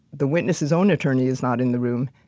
the witness's own attorney is not in the room,